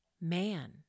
man